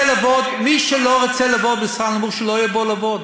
מי שלא רוצה לעבוד בשכר נמוך, שלא יבוא לעבוד.